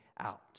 out